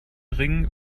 ring